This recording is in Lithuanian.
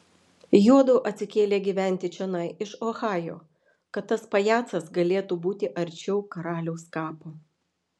juodu atsikėlė gyventi čionai iš ohajo kad tas pajacas galėtų būti arčiau karaliaus kapo